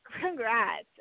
congrats